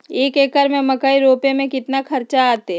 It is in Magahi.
एक एकर में मकई रोपे में कितना खर्च अतै?